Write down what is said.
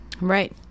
Right